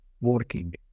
working